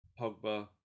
Pogba